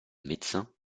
médecin